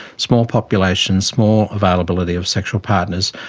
small populations, small availability of sexual partners.